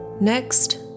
Next